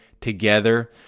together